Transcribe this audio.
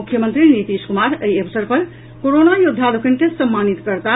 मुख्यमंत्री नीतीश कुमार एहि अवसर पर कोरोना योद्वा लोकनि के सम्मानित करताह